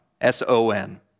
S-O-N